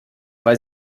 weil